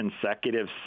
consecutive